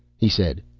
he said,